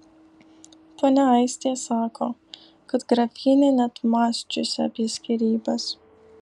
ponia aistė sako kad grafienė net mąsčiusi apie skyrybas